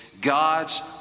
god's